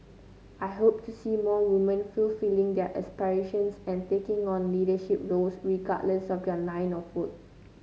I hope to see more woman fulfilling their aspirations and taking on leadership roles regardless of their line of foot